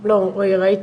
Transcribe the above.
לא, ראיתי,